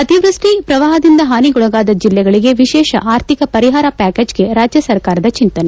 ಅತಿವೃಷ್ಟಿ ಪ್ರವಾಪದಿಂದ ಹಾನಿಗೊಳಗಾದ ಜಿಲ್ಲೆಗಳಿಗೆ ವಿಶೇಷ ಅರ್ಥಿಕ ಪರಿಹಾರ ಪ್ರಾಕೇಜ್ಗೆ ರಾಜ್ಯ ಸರ್ಕಾರದ ಚಿಂತನೆ